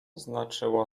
znaczyło